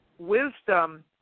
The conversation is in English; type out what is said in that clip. wisdom